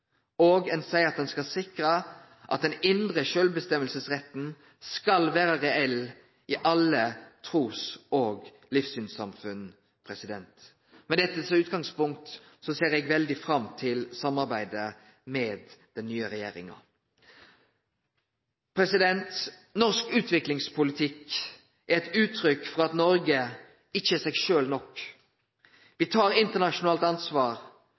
hjelpetiltak. Ein seier òg at ein skal sikre at den indre sjølvbestemmingsretten skal vere reell i alle trus- og livssynssamfunn. Med dette som utgangspunkt ser eg veldig fram til samarbeidet med den nye regjeringa. Norsk utviklingspolitikk er eit uttrykk for at Noreg ikkje er seg sjølv nok. Vi tar internasjonalt ansvar.